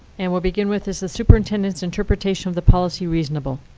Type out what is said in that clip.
and we'll begin with, is the superintendent's interpretation of the policy reasonable?